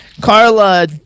Carla